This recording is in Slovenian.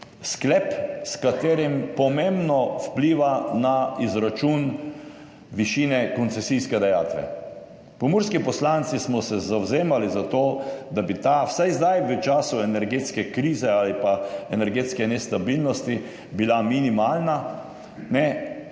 sklep s katerim pomembno vpliva na izračun višine koncesijske dajatve. Pomurski poslanci smo se zavzemali za to, da bi ta vsaj zdaj v času energetske krize ali pa energetske nestabilnosti bila minimalna.